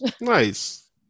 Nice